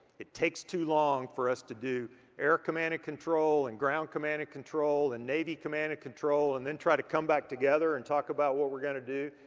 it takes too long for us to do air command and control and ground command and control and navy command and control and then try to come back together and talk about what we're gonna do.